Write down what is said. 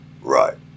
Right